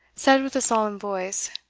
said, with a solemn voice,